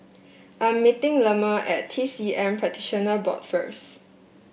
I'm meeting Lemma at T C M Practitioner Board first